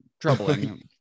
troubling